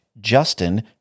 Justin